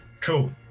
Cool